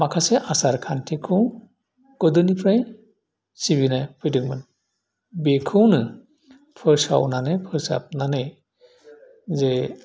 माखासे आसारखान्थिखौ गोदोनिफ्राय सिबिनो होदोंमोन बेखौनो फोसावनानै फोसाबनानै जे